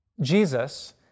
Jesus